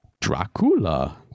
dracula